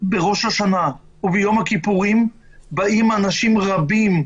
בראש השנה וביום הכיפורים באים אנשים רבים,